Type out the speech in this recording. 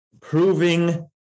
proving